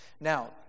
Now